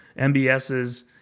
MBS's